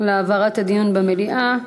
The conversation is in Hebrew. על העברת הדיון למליאה.